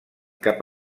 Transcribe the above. cap